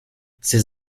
ces